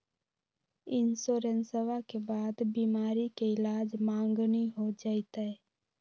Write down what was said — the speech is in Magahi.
इंसोरेंसबा के बाद बीमारी के ईलाज मांगनी हो जयते?